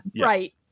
Right